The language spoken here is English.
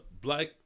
Black